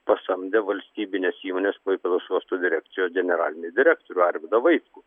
pasamdė valstybinės įmonės klaipėdos uosto direkcijos generalinį direktorių arvydą vaitkų